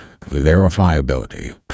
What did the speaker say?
Verifiability